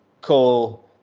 call